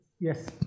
Yes